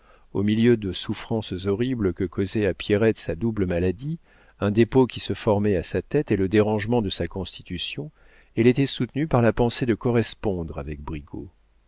au milieu de souffrances horribles que causait à pierrette sa double maladie un dépôt qui se formait à sa tête et le dérangement de sa constitution elle était soutenue par la pensée de correspondre avec brigaut